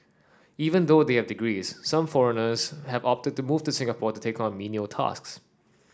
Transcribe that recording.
even though they have degrees some foreigners have opted to move to Singapore to take on menial tasks